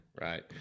right